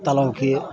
तलाबके